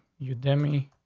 you do me